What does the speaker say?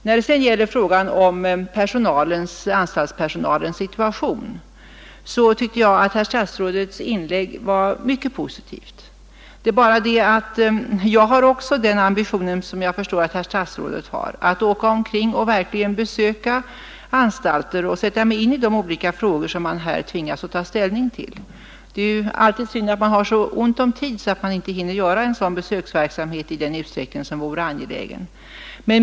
När det sedan gäller anstaltspersonalens situation tycker jag att herr statsrådets inlägg var mycket positivt. Även jag har den ambitionen som jag förstår att herr statsrådet har, nämligen att åka omkring och verkligen besöka anstalter och sätta mig in i de olika frågor som vi här tvingas att ta ställning till. Det är bara synd att man har så ont om tid att man inte hinner bedriva en sådan besöksverksamhet i den utsträckning som vore angelägen.